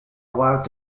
allowed